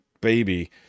baby